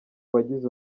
bagize